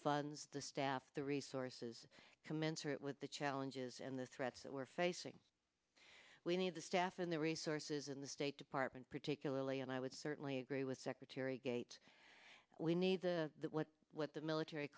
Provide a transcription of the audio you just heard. funds the staff the resources commensurate with the challenges and the threats that we're facing we need the staff and the resources in the state department particularly and i would certainly agree with secretary gates we need the what what the military